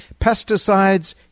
pesticides